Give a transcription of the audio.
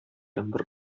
бер